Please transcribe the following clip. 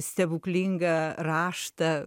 stebuklingą raštą